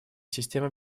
система